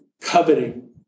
coveting